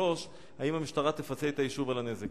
3. האם תפצה המשטרה את היישוב על הנזק?